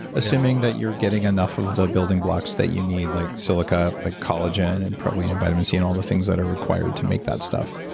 assuming that you're getting enough of the building blocks that you need like silica, like collagen and protein and vitamin c and all the things that are required to make that stuff.